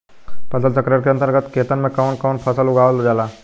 फसल चक्रण के अंतर्गत खेतन में कवन कवन फसल उगावल जाला?